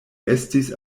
estis